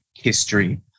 history